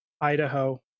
idaho